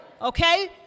Okay